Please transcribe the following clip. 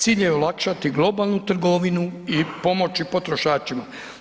Cilj je olakšati globalnu trgovinu i pomoći potrošačima.